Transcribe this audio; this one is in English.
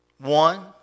One